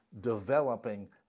developing